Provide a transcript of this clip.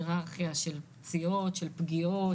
של פגיעות,